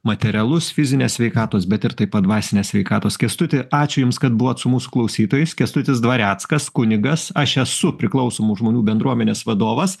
materialus fizinės sveikatos bet ir taip pat dvasinės sveikatos kęstuti ačiū jums kad buvot su mūsų klausytojais kęstutis dvareckas kunigas aš esu priklausomų žmonių bendruomenės vadovas